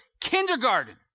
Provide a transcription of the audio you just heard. Kindergarten